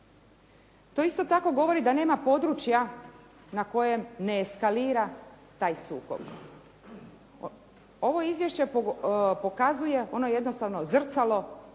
To isto tako govori da nema područja na kojem ne eskalira taj sukob. Ovo izvješće pokazuje, ono je jednostavno zrcalo